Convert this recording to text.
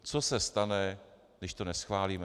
Co se stane, když to neschválíme?